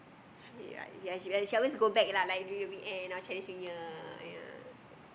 ya ya she always she always go back lah like during the weekend or Chinese New Year weekend ya